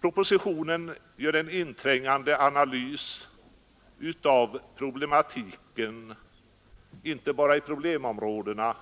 Propositionen gör en inträngande analys av problematiken, inte bara i problemområdena